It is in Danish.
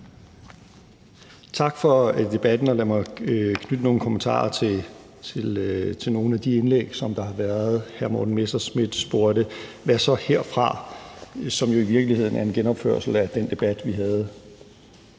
Tak for debatten. Lad mig knytte nogle kommentarer til nogle af de indlæg, der har været. Hr. Morten Messerschmidt spurgte: Hvad gør vi så herfra? Det er jo i virkeligheden en genopførelse af den debat, vi havde